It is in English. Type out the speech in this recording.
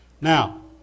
Now